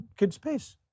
kidspace